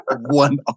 One